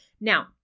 Now